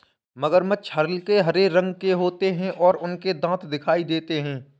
मगरमच्छ हल्के हरे रंग के होते हैं और उनके दांत दिखाई देते हैं